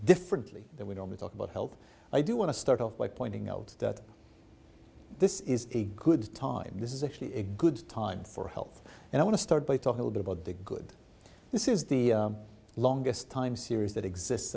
differently that we don't talk about health i do want to start off by pointing out that this is a good time this is actually a good time for health and i want to start by talking about the good this is the longest time series that exists